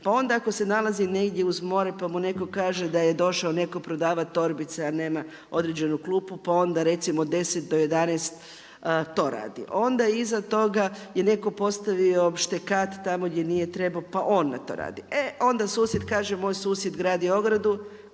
Pa onda ako se nalazi negdje uz more, pa mu netko kaže da je došao netko prodavati torbice, a nema određenu klupu, pa onda od 10 do 11 to radi. Onda je iza toga, je netko postavio štekat tamo gdje nije trebao, pa on na to radi. E onda susjed kaže, moj susjed gradi ogradu,